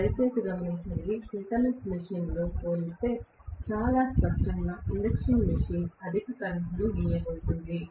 దయచేసి గమనించండి సింక్రోనస్ మెషీన్తో పోలిస్తే చాలా స్పష్టంగా ఇండక్షన్ మెషిన్ అధిక కరెంట్ను గీయబోతోంది